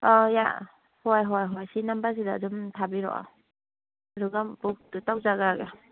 ꯑ ꯍꯣꯏꯍꯣꯏꯍꯣꯏ ꯁꯤ ꯅꯝꯕꯔꯁꯤꯗ ꯑꯗꯨꯝ ꯊꯥꯕꯤꯔꯛꯑꯣ ꯑꯗꯨꯒ ꯕꯨꯛꯇꯨ ꯇꯧꯖꯈ꯭ꯔꯒꯦ